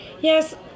Yes